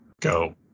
go